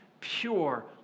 pure